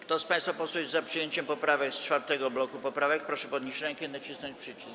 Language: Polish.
Kto z państwa posłów jest za przyjęciem poprawek z czwartego bloku poprawek, proszę podnieść rękę i nacisnąć przycisk.